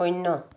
শূন্য